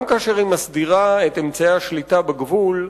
גם כאשר היא מסדירה את אמצעי השליטה בגבול,